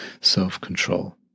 self-control